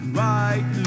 right